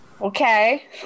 Okay